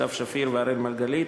סתיו שפיר ואראל מרגלית,